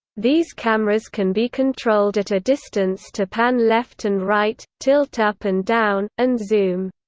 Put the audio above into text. these cameras can be controlled at a distance to pan left and right, tilt up and down, and zoom.